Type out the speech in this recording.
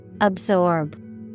Absorb